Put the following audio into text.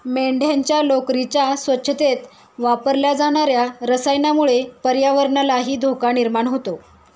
मेंढ्यांच्या लोकरीच्या स्वच्छतेत वापरल्या जाणार्या रसायनामुळे पर्यावरणालाही धोका निर्माण होतो